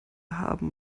haben